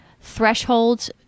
thresholds